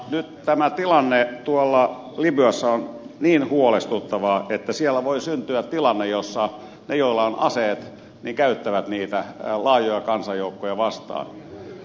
nyt tämä tilanne tuolla libyassa on niin huolestuttava että siellä voi syntyä tilanne jossa ne joilla on aseet käyttävät niitä laajoja kansanjoukkoja vastaan